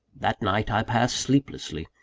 that night i passed sleeplessly,